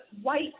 white